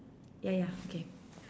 ya ya okay